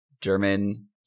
German